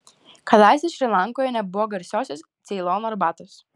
kadaise šri lankoje nebuvo garsiosios ceilono arbatos